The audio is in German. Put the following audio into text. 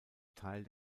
teil